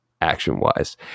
action-wise